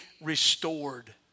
restored